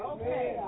Okay